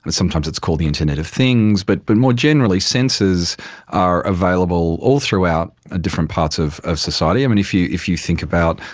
but sometimes it's called the internet of things, but but more generally sensors are available all throughout ah different parts of of society. um and if you if you think about,